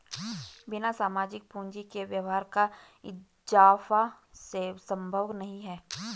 बिना सामाजिक पूंजी के व्यापार का इजाफा संभव नहीं है